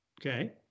okay